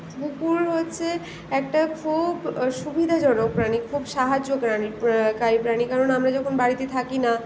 কুকুর হচ্ছে একটা খুব সুবিধেজনক প্রাণী খুব সাহায্য প্রাণী কারী প্রাণী কারণ আমরা যখন বাড়িতে থাকি না